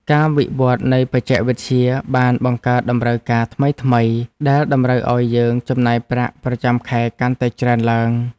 ការវិវត្តនៃបច្ចេកវិទ្យាបានបង្កើតតម្រូវការថ្មីៗដែលតម្រូវឱ្យយើងចំណាយប្រាក់ប្រចាំខែកាន់តែច្រើនឡើង។